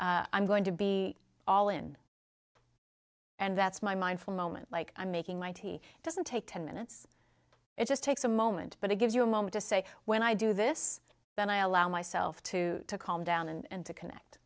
tea i'm going to be all in and that's my mindful moment like i'm making my tea it doesn't take ten minutes it just takes a moment but it gives you a moment to say when i do this then i allow myself to calm down and to connect